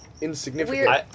insignificant